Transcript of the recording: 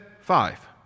Five